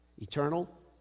eternal